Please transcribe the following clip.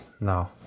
No